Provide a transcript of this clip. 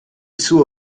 suo